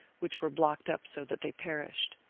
which were blocked up so that they perished.